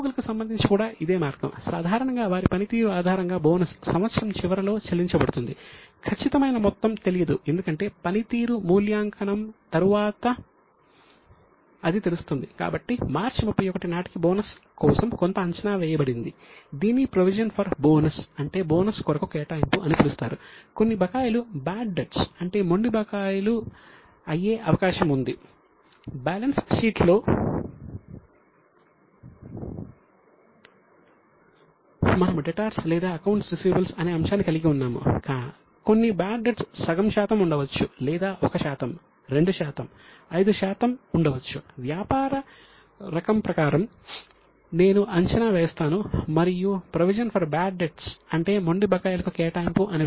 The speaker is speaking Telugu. ఉద్యోగులకు సంబంధించి కూడా అదే మార్గం సాధారణంగా వారి పనితీరు ఆధారంగా బోనస్ అంటే మొండి బకాయిలకు కేటాయింపు అని పిలువబడే ఒక ప్రొవిజన్ ను సృష్టిస్తాను